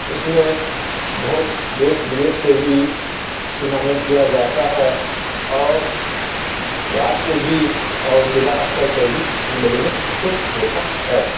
اس میں بہت دیس بدیس سے بھی ٹورنامنٹ کیا جاتا ہے اور راج سے بھی اور ضلع استر پر بھی ہم لوگوں نے اس کو دیکھا ہے